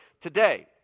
today